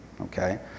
okay